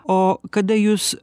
o kada jūs